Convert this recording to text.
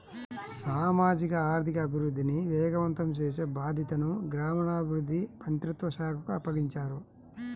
సామాజిక ఆర్థిక అభివృద్ధిని వేగవంతం చేసే బాధ్యతను గ్రామీణాభివృద్ధి మంత్రిత్వ శాఖకు అప్పగించారు